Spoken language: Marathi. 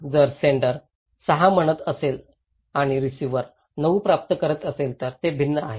तर जर सेण्डर 6 म्हणत असेल आणि रिसीव्हर 9 प्राप्त करत असेल तर ते भिन्न आहे